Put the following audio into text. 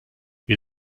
wir